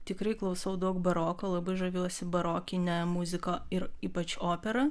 tikrai klausau daug baroko labai žaviuosi barokine muzika ir ypač opera